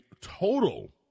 total